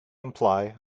imply